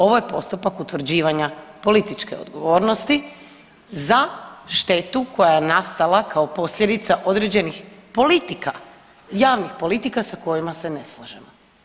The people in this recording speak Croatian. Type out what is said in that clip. Ovo je postupak utvrđivanja političke odgovornosti za štetu koja je nastala kao posljedica određenih politika, javnih politika sa kojima se ne slažemo.